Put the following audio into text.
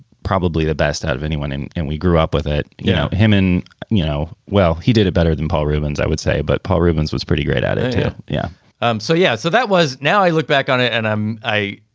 probably the best out of anyone and and we grew up with it. you know, himan you know. well, he did a better than paul reubens, i would say. but paul reubens was pretty great at it yeah. yeah um so. yeah. so that was. now i look back on it and i'm i.